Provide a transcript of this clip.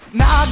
now